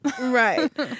Right